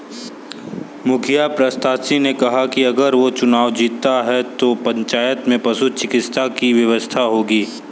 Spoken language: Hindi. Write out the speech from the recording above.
मुखिया प्रत्याशी ने कहा कि अगर वो चुनाव जीतता है तो पंचायत में पशु चिकित्सा की व्यवस्था होगी